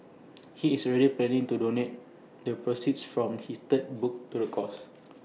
he is already planning to donate the proceeds from his third book to the cause